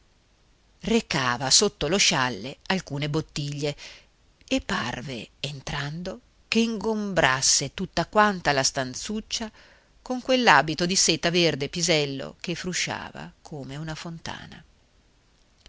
recava sotto lo scialle alcune bottiglie e parve entrando che ingombrasse tutta quanta la stanzuccia con quell'abito di seta verde pisello che frusciava come una fontana